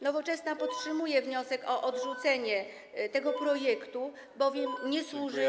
Nowoczesna podtrzymuje wniosek o odrzucenie tego projektu, bowiem nie służy on.